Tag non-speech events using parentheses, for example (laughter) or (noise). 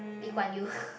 Lee Kuan Yew (noise)